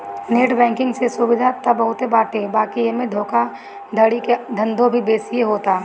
net banking से सुविधा त बहुते बाटे बाकी एमे धोखाधड़ी के धंधो भी बेसिये होता